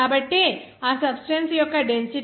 కాబట్టి ఆ సబ్స్టెన్స్ యొక్క డెన్సిటీ 0